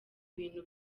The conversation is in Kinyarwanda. ibintu